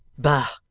bah!